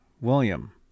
William